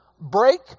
break